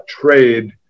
trade